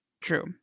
True